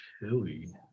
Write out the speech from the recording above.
chili